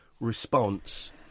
response